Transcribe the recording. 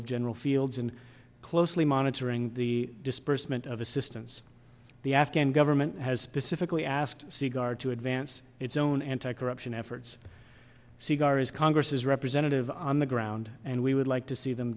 of general fields and closely monitoring the disbursement of assistance the afghan government has specifically asked c guard to advance its own anti corruption efforts cigars congress's representative on the ground and we would like to see them